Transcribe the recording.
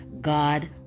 God